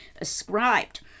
ascribed